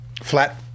Flat